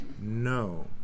no